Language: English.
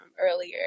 earlier